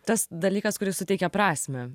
tas dalykas kuris suteikia prasmę